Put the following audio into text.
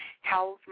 health